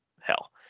hell